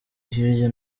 hirya